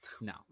No